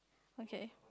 okay